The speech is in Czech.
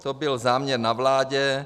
To byl záměr na vládě.